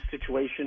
situation